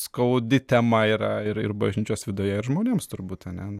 skaudi tema yra ir bažnyčios viduje ir žmonėms turbūt ane